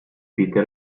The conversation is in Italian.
pete